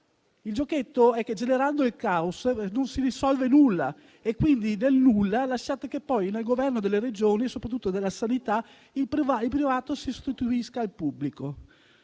vi spiegavo prima: generando il caos non si risolve nulla e, quindi, lasciate che poi nel governo delle Regioni e soprattutto della sanità il privato si sostituisca al pubblico.